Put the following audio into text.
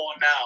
now